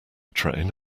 train